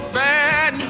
bad